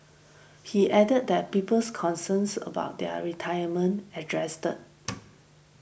he added that people's concerns about their retirement addressed